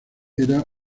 era